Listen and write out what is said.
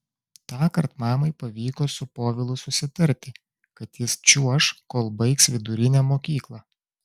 tąkart mamai pavyko su povilu susitarti kad jis čiuoš kol baigs vidurinę mokyklą